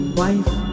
wife